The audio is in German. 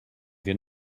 wir